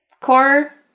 core